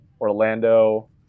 Orlando